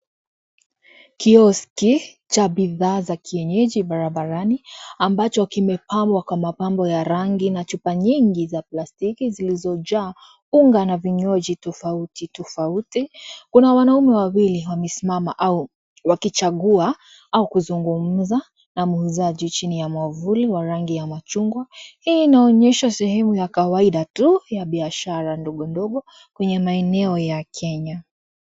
Kioski cha bidhaa za kienyeji barabarani ambacho kimepambwa kwa mapambo ya rangi na chupa nyingi za plastiki zilizojaa unga na vinywaji tofauti tofauti, kuna wanaume wawili ambao wamesimama wakichagua au kuzungumza na muuzaji chini ya mwavuli wa rangi ya machungwa hii inaaonyesha sehemu ya mawaida tu ya biashara ndogo ndogo kwenye maeneo ya Kenya.